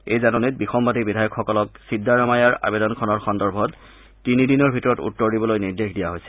এই জাননীত বিসম্বাদী বিধায়কসকলক চিদ্দাৰামায়াৰ আবেদনখনৰ সন্দৰ্ভত তিনি দিনৰ ভিতৰত উত্তৰ দিবলৈ নিৰ্দেশ দিয়া হৈছিল